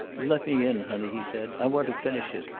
let me in, honey, he said. i want to finish it.